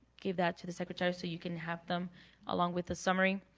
give that to the secretary so you can have them along with the summary.